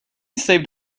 saved